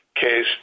case